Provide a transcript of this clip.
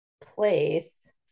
place